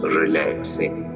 relaxing